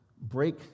break